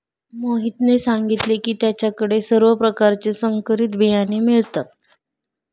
मोहितने सांगितले की त्याच्या कडे सर्व प्रकारचे संकरित बियाणे मिळतात